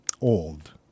old